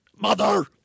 Mother